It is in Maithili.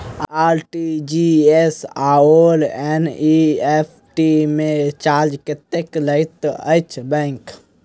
आर.टी.जी.एस आओर एन.ई.एफ.टी मे चार्ज कतेक लैत अछि बैंक?